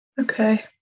okay